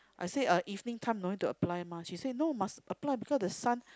I say uh evening time no need to apply mah she say no must apply because the sun